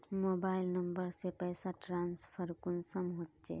Mobile number से पैसा transfer कुंसम होचे?